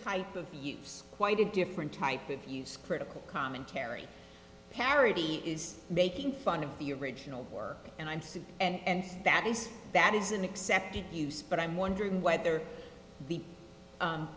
type of quite a different type of use critical commentary harrity is making fun of the original work and i'm sick and that is that is an accepted use but i'm wondering whether the